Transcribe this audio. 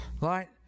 right